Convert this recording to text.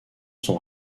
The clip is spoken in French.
sont